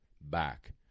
back